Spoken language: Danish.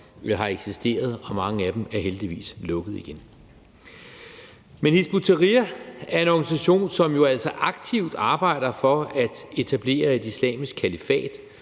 har eksisteret, og mange af dem er heldigvis lukket igen. Men Hizb ut-Tahrir er jo altså en organisation, som aktivt arbejder for at etablere et islamisk kalifat.